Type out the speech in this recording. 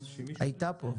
הייתה פה.